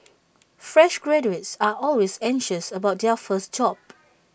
fresh graduates are always anxious about their first job